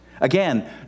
Again